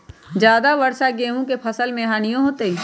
ज्यादा वर्षा गेंहू के फसल मे हानियों होतेई?